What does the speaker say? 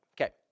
Okay